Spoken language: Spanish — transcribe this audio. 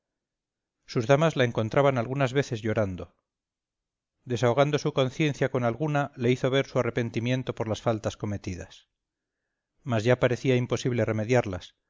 sus damas la encontraban algunas veces llorando desahogando su conciencia con alguna le hizo ver su arrepentimiento por las faltas cometidas mas ya parecía imposible remediarlas